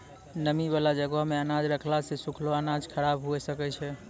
नमी बाला जगहो मे अनाज रखला से सुखलो अनाज खराब हुए सकै छै